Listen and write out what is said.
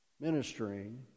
ministering